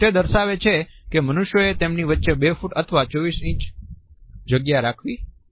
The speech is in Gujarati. તે દર્શાવે છે કે મનુષ્યોએ તેમની વચ્ચે 2 ફૂટ અથવા 24 ઇંચ જગ્યા રાખવી જોઈએ